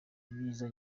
ibyiza